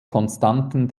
konstanten